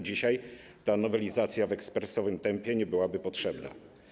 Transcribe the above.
Dzisiaj ta nowelizacja w ekspresowym tempie nie byłaby potrzebna.